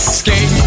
skate